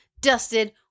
Dusted